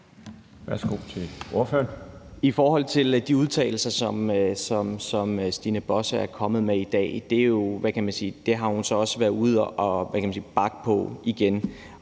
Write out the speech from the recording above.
Rona (M): De udtalelser, som Stine Bosse er kommet med i dag, har hun også været ude at bakke på igen,